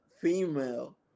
female